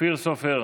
אופיר סופר,